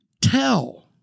tell